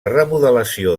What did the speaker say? remodelació